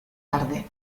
tarde